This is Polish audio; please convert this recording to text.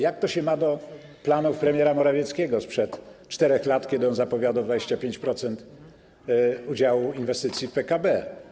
Jak to się ma do planów premiera Morawieckiego sprzed 4 lat, kiedy zapowiadał 25% udziału inwestycji w PKB.